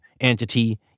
entity